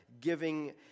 giving